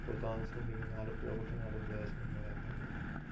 ഇപ്പോൾ താമസിച്ചുകൊണ്ടിരിക്കുന്ന ആലപ്പുഴ കുട്ടനാട് പ്രദേശം എന്നു പറയുന്നത്